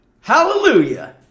Hallelujah